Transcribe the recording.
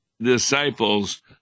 disciples